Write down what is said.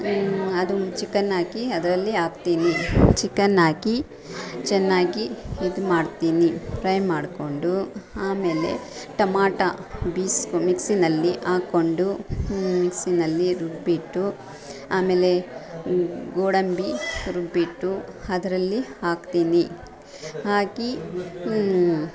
ಅದು ಚಿಕನ್ ಹಾಕಿ ಅದರಲ್ಲಿ ಹಾಕ್ತೀನಿ ಚಿಕನ್ ಹಾಕಿ ಚೆನ್ನಾಗಿ ಇದ್ಮಾಡ್ತೀನಿ ಫ್ರೈ ಮಾಡ್ಕೊಂಡು ಆಮೇಲೆ ಟೊಮಾಟೋ ಬಿಸ್ ಮಿಕ್ಸಿನಲ್ಲಿ ಹಾಕ್ಕೊಂಡು ಮಿಕ್ಸಿನಲ್ಲಿ ರುಬ್ಬಿಟ್ಟು ಆಮೇಲೆ ಗೋಡಂಬಿ ರುಬ್ಬಿಟ್ಟು ಅದರಲ್ಲಿ ಹಾಕ್ತೀನಿ ಹಾಕಿ